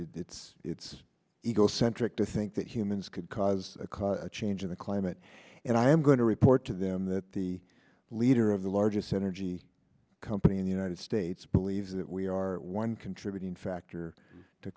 it's it's egocentric to think that humans could cause a cause a change in the climate and i am going to report to them that the leader of the largest energy company in the united states believes that we are one contributing factor t